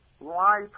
life